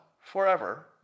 forever